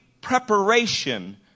preparation